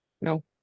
no